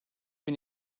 bin